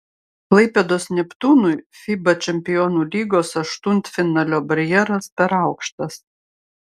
klaipėdos neptūnui fiba čempionų lygos aštuntfinalio barjeras per aukštas